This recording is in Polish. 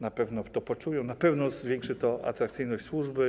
Na pewno to poczują i na pewno zwiększy to atrakcyjność tej służby.